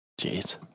Jeez